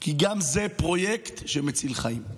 כי גם זה פרויקט שמציל חיים.